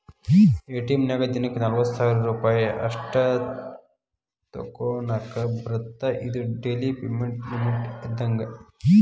ATM ನ್ಯಾಗು ದಿನಕ್ಕ ನಲವತ್ತ ಸಾವಿರ್ ರೂಪಾಯಿ ಅಷ್ಟ ತೋಕೋನಾಕಾ ಬರತ್ತಾ ಇದು ಡೆಲಿ ಪೇಮೆಂಟ್ ಲಿಮಿಟ್ ಇದ್ದಂಗ